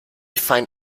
find